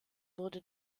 wurde